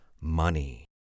money